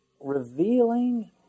revealing